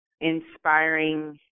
inspiring